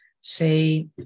say